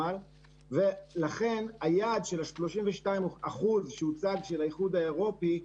ולכן היעד של 32% של האיחוד האירופי שהוצג,